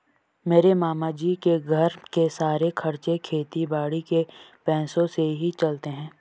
मेरे मामा जी के घर के सारे खर्चे खेती बाड़ी के पैसों से ही चलते हैं